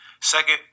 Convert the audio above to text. Second